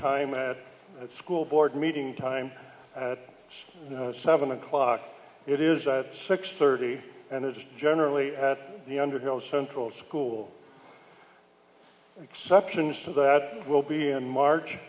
time at the school board meeting time at seven o'clock it is that six thirty and it is generally the underhill central school exceptions to that will be in march